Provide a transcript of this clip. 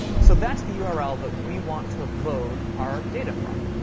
so that's the yeah url that we want to load our data from.